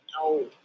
No